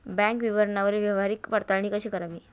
Bank विवरणावरील व्यवहाराची पडताळणी कशी करावी?